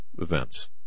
events